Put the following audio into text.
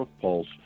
Pulse